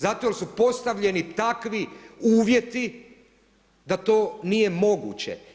Zato su jer su postavljeni takvi uvjeti da to nije moguće.